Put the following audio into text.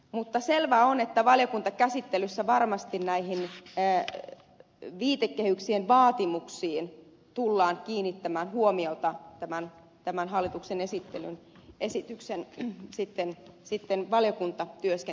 mutta selvää on että varmasti näihin viitekehyksien vaatimuksiin tullaan kiinnittämään huomiota tämän hallituksen esityksen sitten sitten valiokunta työstä